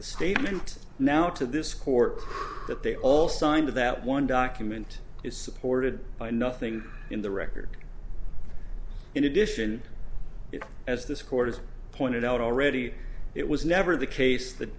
the statement now to this court crew that they all signed that one document is supported by nothing in the record in addition as this court has pointed out already it was never the case that